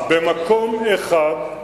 במקום אחד,